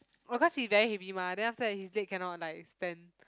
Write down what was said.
oh cause he very heavy mah then after that his legs cannot like stand